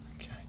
Okay